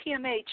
PMH